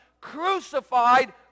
crucified